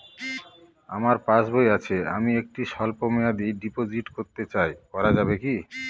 আমার পাসবই আছে আমি একটি স্বল্পমেয়াদি ডিপোজিট করতে চাই করা যাবে কি?